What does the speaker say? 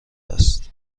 است